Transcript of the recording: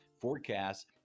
forecasts